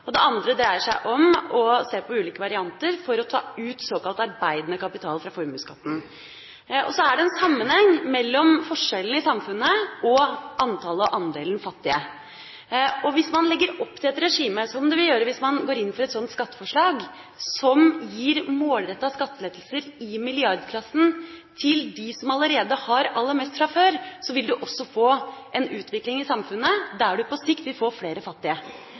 og det andre dreier seg om å se på ulike varianter for å ta ut såkalt arbeidende kapital fra formueskatten. Så er det en sammenheng mellom forskjellene i samfunnet og antallet og andelen fattige. Hvis man legger opp til et regime – som man gjør, hvis man går inn for et sånt skatteforslag – som gir målrettede skattelettelser i milliardklassen til dem som allerede har aller mest fra før, vil man også få en utvikling i samfunnet der man på sikt vil få flere fattige.